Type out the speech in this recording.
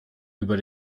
über